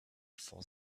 for